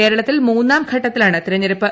കേരളത്തിൽ മൂന്നാംഘട്ടത്തിലാണ് തെരഞ്ഞെടുപ്പ്